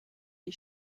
die